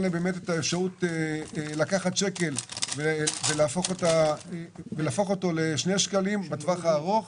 להם אפשרות להפוך שקל לשני שקלים בטווח הארוך.